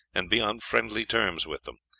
and be on friendly terms with them,